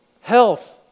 Health